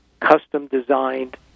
custom-designed